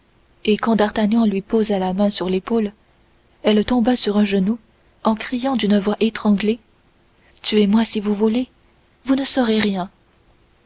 et quand d'artagnan lui posa la main sur l'épaule elle tomba sur un genou en criant d'une voix étranglée tuez-moi si vous voulez mais vous ne saurez rien